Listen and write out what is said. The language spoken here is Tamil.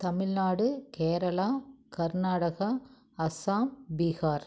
தமிழ்நாடு கேரளா கர்நாடகா அஸ்ஸாம் பீஹார்